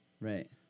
right